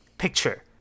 picture